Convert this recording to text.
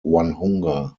onehunga